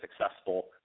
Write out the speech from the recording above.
successful